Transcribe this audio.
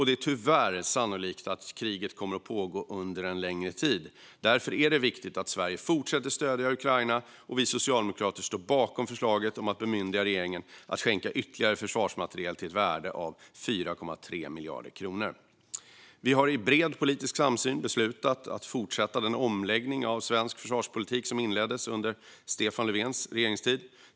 Det är tyvärr sannolikt att kriget kommer att pågå under en längre tid. Därför är det viktigt att Sverige fortsätter att stödja Ukraina, och vi socialdemokrater står bakom förslaget om att bemyndiga regeringen att skänka ytterligare försvarsmateriel till ett värde av 4,3 miljarder kronor. Vi har i bred politisk samsyn beslutat att fortsätta den omläggning av svensk försvarspolitik som inleddes under Stefan Löfvens regeringstid.